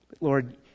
Lord